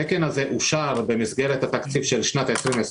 התקן הזה אושר במסגרת התקציב של שנת 2022